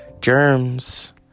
Germs